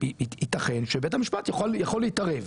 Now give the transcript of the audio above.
ייתכן שבית המשפט יכול להתערב.